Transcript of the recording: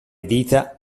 dita